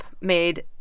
made